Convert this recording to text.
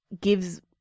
gives